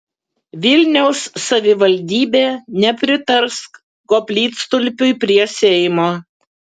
vilniaus savivaldybė nepritars koplytstulpiui prie seimo